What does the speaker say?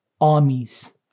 armies